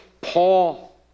Paul